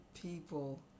people